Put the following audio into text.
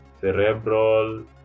cerebral